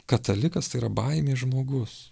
katalikas tai yra baimės žmogus